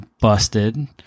busted